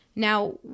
Now